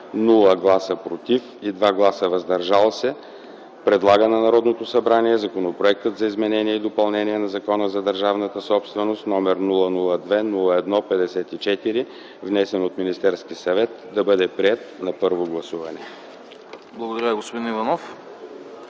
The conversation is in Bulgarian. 0 гласа – „против” и 2 гласа – „въздържал се” предлага на Народното събрание Законопроектът за изменение и допълнение на Закона за държавната собственост, № 002-01-54, внесен от Министерския съвет, да бъде приет на първо гласуване. ПРЕДСЕДАТЕЛ АНАСТАС